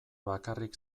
bakarrik